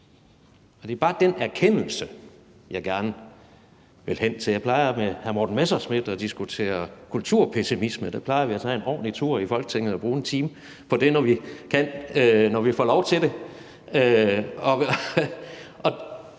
Og det er bare den erkendelse, jeg gerne vil hen til. Jeg plejer at diskutere kulturpessimisme med hr. Morten Messerschmidt, og der plejer vi at tage en ordentlig tur i Folketinget og bruge en time på det, når vi kan, og når vi